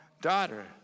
daughter